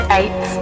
eight